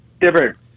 different